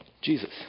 Jesus